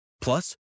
Plus